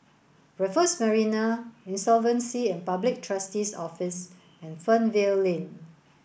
Raffles Marina Insolvency and Public Trustee's Office and Fernvale Lane